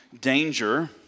danger